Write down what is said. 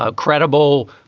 ah credible,